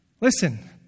Listen